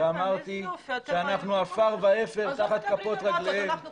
איזה יופי ---- שאנחנו עפר ואפר תחת כפות רגליהם של